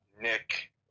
Nick